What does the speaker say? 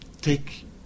take